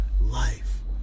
life